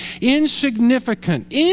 insignificant